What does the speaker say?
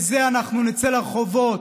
על זה אנחנו נצא לרחובות